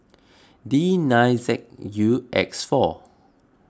D nine Z U X four